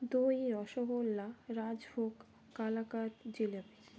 দই রসগোল্লা রাজভোগ কালাকাদ জিলেপি